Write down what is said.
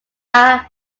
yahoo